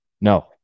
No